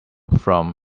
from